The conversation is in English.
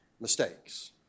mistakes